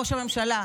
ראש הממשלה,